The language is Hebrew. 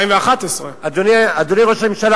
2011. 2011. אדוני ראש הממשלה,